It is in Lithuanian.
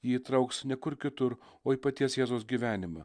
ji įtrauks ne kur kitur o į paties jėzaus gyvenimą